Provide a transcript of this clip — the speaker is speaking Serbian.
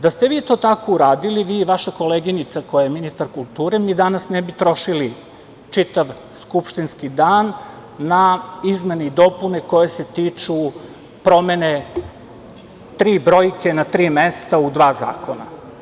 Da ste vi to tako uradili, vi i vaša koleginica koja je ministar kulture, mi danas ne bi trošili čitav skupštinski dan na izmene i dopune koje se tiču promene tri brojke na tri mesta u dva zakona.